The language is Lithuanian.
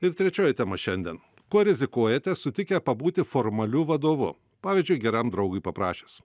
ir trečioji tema šiandien kuo rizikuojate sutikę pabūti formaliu vadovu pavyzdžiui geram draugui paprašius